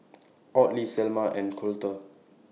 Audley Selmer and Colter